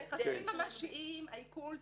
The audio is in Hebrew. בנכסים ממשיים העיקול תופס,